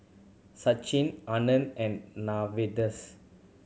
Sachin Anand and